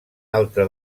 altre